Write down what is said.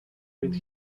read